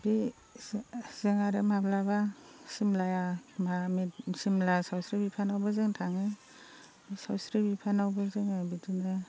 बे जों आरो माब्लाबा सिमला सिमला सावस्रि बिफानावबो जों थाङो सावस्रि बिफानावबो जोङो बिदिनो